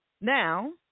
now